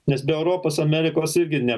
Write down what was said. nes be europos amerikos irgi ne